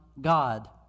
God